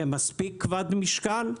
זה מספיק כבד משקל?